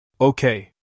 Okay